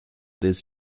des